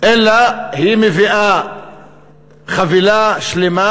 אלא היא מביאה חבילה שלמה,